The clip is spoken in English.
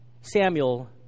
Samuel